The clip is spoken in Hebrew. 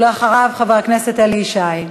אחריו, חבר הכנסת אלי ישי.